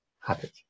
habit